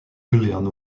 bullion